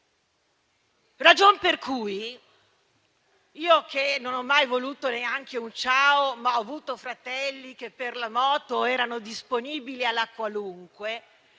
Ragion per cui io, che non ho mai voluto neanche un "Ciao", ma ho avuto fratelli che per la moto erano disponibili alla qualunque,